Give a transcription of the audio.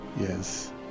Yes